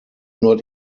not